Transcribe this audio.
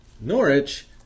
Norwich